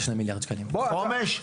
חומש,